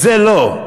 זה לא.